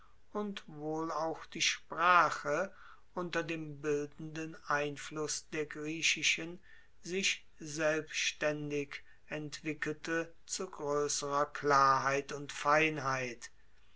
wohl auch die sprache unter dem bildenden einfluss der griechischen sich selbstaendig entwickelte zu groesserer klarheit und feinheit